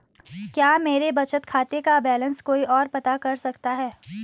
क्या मेरे बचत खाते का बैलेंस कोई ओर पता कर सकता है?